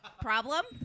problem